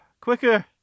Quicker